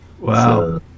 Wow